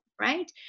right